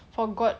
for god know